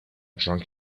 drunk